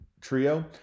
trio